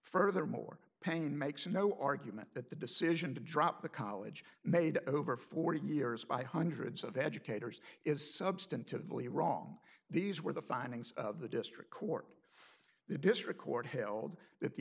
furthermore pain makes no argument that the decision to drop the college made over forty years by hundreds of educators is substantively wrong these were the findings of the district court the district court held that the